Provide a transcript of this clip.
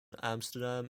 amsterdam